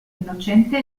innocente